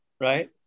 right